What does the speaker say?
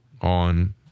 on